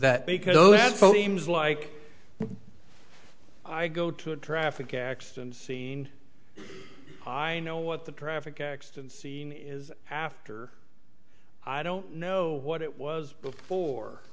that because phonemes like i go to a traffic accident scene i know what the traffic accident scene is after i don't know what it was before